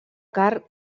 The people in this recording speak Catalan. carn